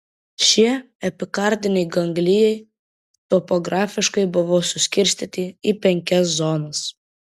šie epikardiniai ganglijai topografiškai buvo suskirstyti į penkias zonas